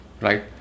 right